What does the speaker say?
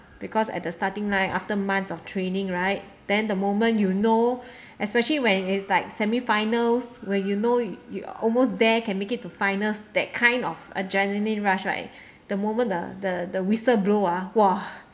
because at the starting line after months of training right then the moment you know especially when it's like semi finals where you know you you almost there can make it to finals that kind of adrenaline rush right the moment the the the whistle blow ah !wah!